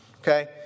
Okay